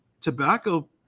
tobacco